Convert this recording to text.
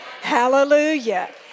Hallelujah